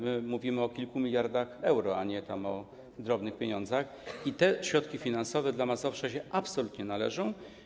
My mówimy o kilku miliardach euro, a nie o drobnych pieniądzach, i te środki finansowe dla Mazowsza się absolutnie należą.